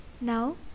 Now